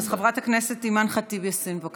חברת הכנסת אימאן ח'טיב יאסין, בבקשה.